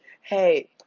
hey